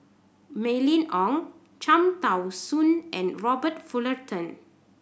Mylene Ong Cham Tao Soon and Robert Fullerton